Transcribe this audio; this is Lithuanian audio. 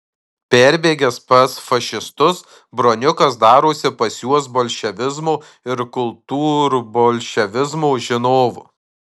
perbėgęs pas fašistus broniukas darosi pas juos bolševizmo ir kultūrbolševizmo žinovu